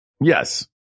Yes